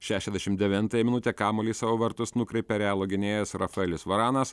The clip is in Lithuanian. šešiasdešimt devintąją minutę kamuolį į savo vartus nukreipė realo gynėjas rafaelis varanas